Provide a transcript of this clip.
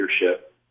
leadership